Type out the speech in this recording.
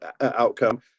outcome